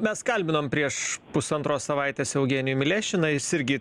mes kalbinom prieš pusantros savaitės eugenijų milešiną jis irgi